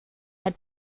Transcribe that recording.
had